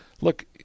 look